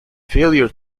failure